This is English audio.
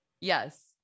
yes